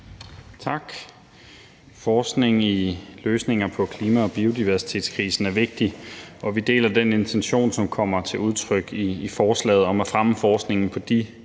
Tak. Forskningen i løsningen af klima- og biodiversitetskrisen er vigtig, og vi deler den intention, der kommer til udtryk i forslaget om at fremme forskningen på de